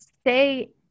stay